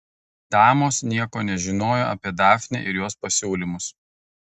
damos nieko nežinojo apie dafnę ir jos pasiūlymus